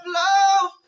love